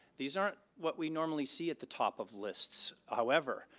these aren't what we normally see at the top of lists. however,